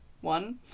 one